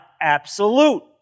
absolute